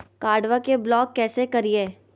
कार्डबा के ब्लॉक कैसे करिए?